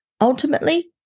Ultimately